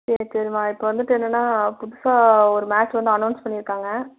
சரி சரிம்மா இப்போ வந்துவிட்டு என்னென்னா புதுசாக ஒரு மேட்ச் ஒன்று அனோன்ஸ் பண்ணியிருக்காங்க